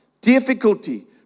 difficulty